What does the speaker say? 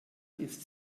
ist